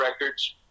Records